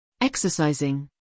Exercising